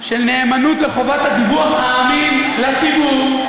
של נאמנות לחובת הדיווח האמין לציבור,